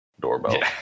doorbell